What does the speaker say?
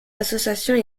associations